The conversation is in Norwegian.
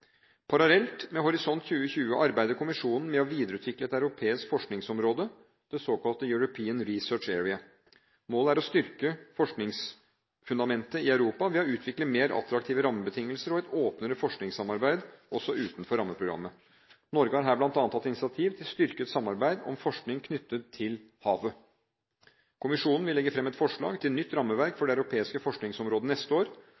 Parallelt med Horisont 2020 arbeider kommisjonen med å videreutvikle et europeisk forskningsområde, det såkalte European Research Area. Målet er å styrke forskningsfundamentet i Europa ved å utvikle mer attraktive rammebetingelser og et åpnere forskningssamarbeid også utenfor rammeprogrammene. Norge har her bl.a. tatt initiativ til styrket samarbeid om forskning knyttet til havet. Kommisjonen vil legge fram et forslag til nytt rammeverk for det europeiske forskningsområdet neste år.